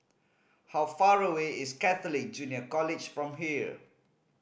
how far away is Catholic Junior College from here